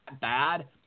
bad